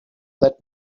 that